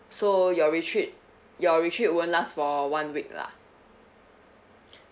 so your retreat your retreat won't last for one week lah